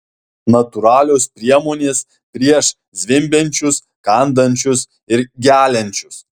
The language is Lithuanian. natūralios priemonės prieš zvimbiančius kandančius ir geliančius